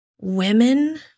women